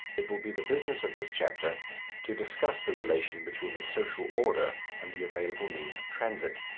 it will be the business of this chapter to discuss the relation between the social order and the available means of transit,